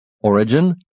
origin